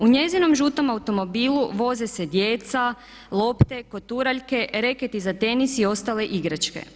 U njezinom žutom automobilu voze se djeca, lopte, koturaljke, reketi za tenis i ostale igračke.